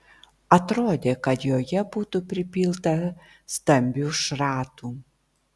atrodė kad joje būtų pripilta stambių šratų